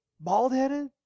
Bald-headed